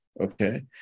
Okay